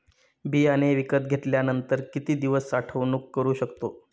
बियाणे विकत घेतल्यानंतर किती दिवस साठवणूक करू शकतो?